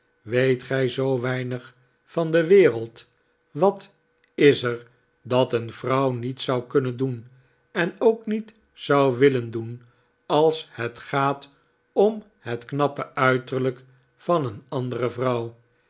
weet gij zoo weinig van de wereld wat is er dat een vrouw niet zou kunnen doen en ook niet zou willen doen als het gaat om het knappe uiterlijk van een andere vrouw